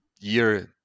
year